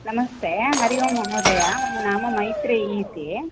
नमस्ते हरिः ओम् महोदय मम नाम मैत्रेयी इति